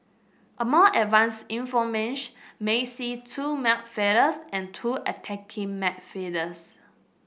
a more advanced in might see two midfielders and two attacking midfielders